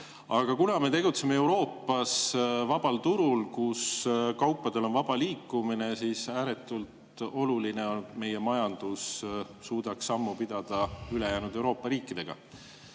Aga kuna me tegutseme Euroopas vabal turul, kus on kaupade vaba liikumine, siis ääretult oluline on, et meie majandus suudaks sammu pidada ülejäänud Euroopa riikidega.